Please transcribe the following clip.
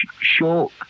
short